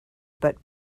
but